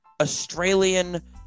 Australian